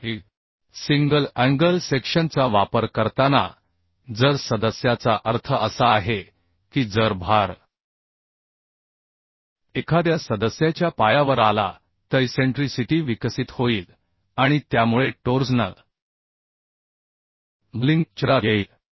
तथापिसिंगल angle सेक्शनचा वापर करताना जर सदस्याचा अर्थ असा आहे की जर भार एखाद्या सदस्याच्या पायावर आला तर इसेंट्रीसिटी विकसित होईल आणि त्यामुळे टोर्सनल बकलिंग चित्रात येईल